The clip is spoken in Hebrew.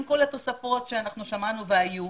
עם כל התוספות ששמענו והיו,